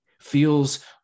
feels